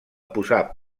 posar